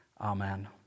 Amen